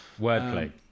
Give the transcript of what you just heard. wordplay